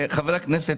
חבר הכנסת